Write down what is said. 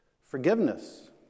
forgiveness